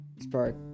spark